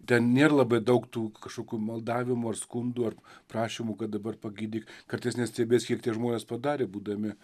ten nėr labai daug tų kažkokių maldavimų ar skundų ar prašymų kad dabar pagydyk kartais net stebies kiek tie žmonės padarė būdami